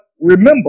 remember